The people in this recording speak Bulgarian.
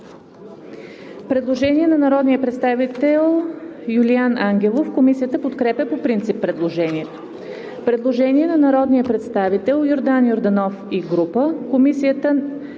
предложение на народния представител Юлиан Ангелов. Комисията подкрепя по принцип предложението. Предложение на народния представител Йордан Йорданов и група